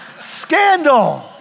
Scandal